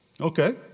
Okay